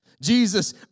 Jesus